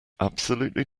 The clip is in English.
absolutely